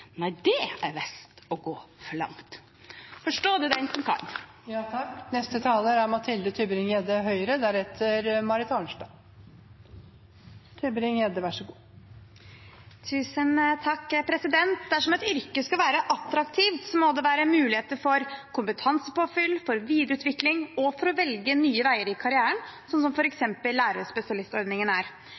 nei, det er visst å gå for langt. Forstå det, den som kan. Dersom et yrke skal være attraktivt, må det være muligheter for kompetansepåfyll, for videreutvikling og for å velge nye veier i karrieren, slik f.eks. lærerspesialistordningen gir. Det er også viktig å være inkludert i et kollegium som diskuterer praksis og utforsker nye metoder. Det er